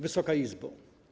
Wysoka Izbo!